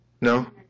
No